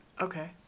Okay